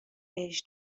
بهش